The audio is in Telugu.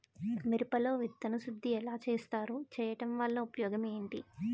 మిరప లో విత్తన శుద్ధి ఎలా చేస్తారు? చేయటం వల్ల ఉపయోగం ఏంటి?